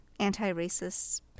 anti-racist